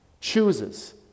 chooses